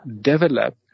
develop